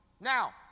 now